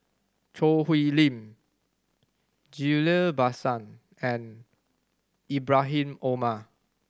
Choo Hwee Lim Ghillie Basan and Ibrahim Omar